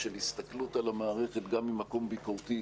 של הסתכלות על המערכת גם ממקום ביקורתי,